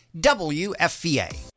WFVA